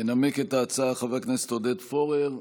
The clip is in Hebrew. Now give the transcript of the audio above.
ינמק את ההצעה חבר הכנסת עודד פורר.